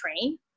train